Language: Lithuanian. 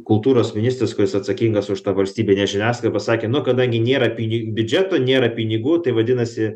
kultūros ministras kuris atsakingas už tą valstybinę žiniasklaidai pasakė nu kadangi nėra pini biudžeto nėra pinigų tai vadinasi